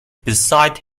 beside